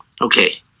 Okay